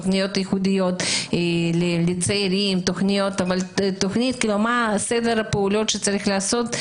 תכניות ייחודיות לצעירים ו אבל מה סדר הפעולות שצריך לעשות,